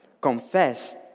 confess